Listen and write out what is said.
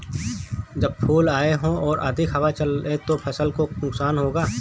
जब फूल आए हों और अधिक हवा चले तो फसल को नुकसान होगा?